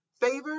favor